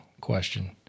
question